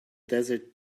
desert